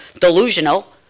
delusional